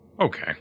Okay